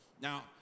Now